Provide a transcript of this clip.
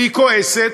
והיא כועסת,